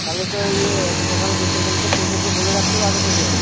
তাহলে তো ইয়ে অত সকালে যেতে গেলে তো টোটোকে বলে রাখতে হবে আগে থেকে